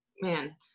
man